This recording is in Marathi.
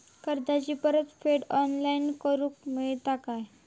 कर्जाची परत फेड ऑनलाइन करूक मेलता काय?